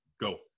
go